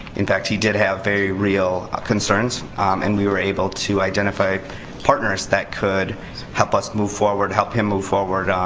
in fact, he did have very real concerns and we were able to identify partners that could help us move forward, help him move forward. um